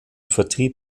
vertrieb